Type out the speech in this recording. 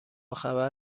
خبر